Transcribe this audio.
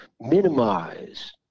minimize